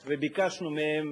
למגן-דוד-אדום וביקשנו מהם